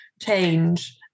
change